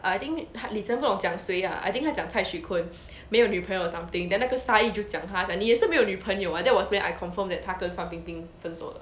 err I think li chen 不懂讲谁 lah I think 他讲蔡徐坤没有女朋友 or something then 那个 sha yi 就讲他你也是没有女朋友 [what] that was when I confirmed that 他跟范冰冰分手了